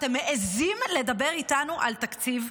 אתם מעיזים לדבר איתנו על תקציב?